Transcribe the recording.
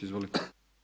Izvolite.